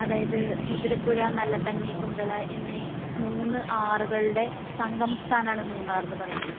അതായത് മുദ്രപ്പുഴ നല്ല തണ്ണി കുന്തള എന്നീ മൂന്ന് ആറുകളുടെ സംഗമ സ്ഥാനമാണ് മൂന്നാർ എന്ന് പറയുന്നത്